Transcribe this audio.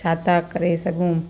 छा था करे सघूं